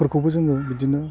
फोरखौबो जोङो बिदिनो